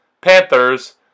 Panthers